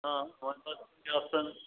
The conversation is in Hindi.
हाँ के ऑप्सन